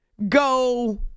go